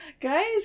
Guys